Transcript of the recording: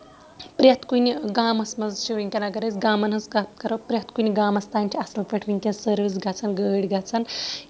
پرٮ۪تھ کُنہِ گامَس منٛز چھِ وٕنکیٚن اَگر أسۍ گامَن ہٕنٛز کَتھ کرو پرٮ۪تھ کُنہِ گامَس تانۍ چھِ اَصٕل پٲٹھۍ وٕنکیٚس سٔروِس گژھان گٲڑۍ گژھان کِہینۍ تہِ